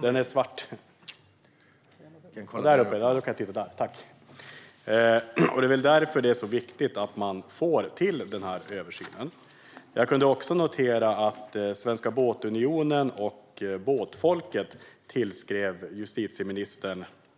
Det är därför det är viktigt att man får till den här översynen. Jag kunde också notera att Svenska Båtunionen och Båtfolket skrev